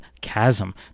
chasm